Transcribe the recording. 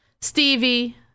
stevie